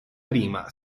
prima